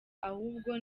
ahubwo